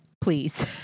please